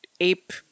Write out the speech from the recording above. ape